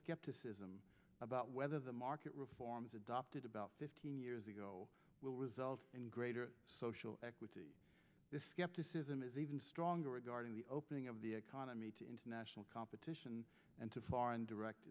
skepticism about whether the market reforms adopted about fifteen years ago will result in greater social equity skepticism is even stronger regarding the opening of the economy to international competition and to foreign direct